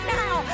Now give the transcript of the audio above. now